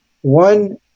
one